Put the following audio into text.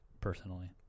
personally